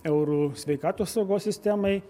eurų sveikatos saugos sistemai